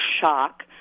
shock